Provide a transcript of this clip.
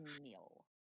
meal